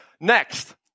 Next